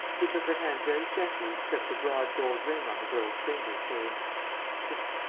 he took her hand very gently and slipped a broad gold ring on the girl's finger, saying there,